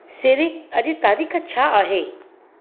सिरी अॼु तारीख़ छा आहे